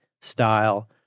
style